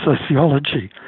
sociology